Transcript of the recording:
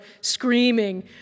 screaming